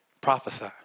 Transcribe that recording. prophesy